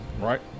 Right